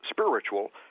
spiritual